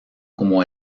como